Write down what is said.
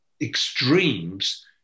extremes